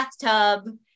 bathtub